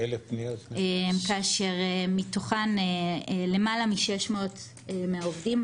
כאשר למעלה מ-600 הן מהעובדים.